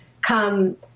come